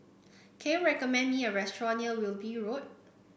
can you recommend me a restaurant near Wilby Road